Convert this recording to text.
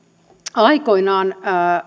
aikoinaan